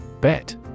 Bet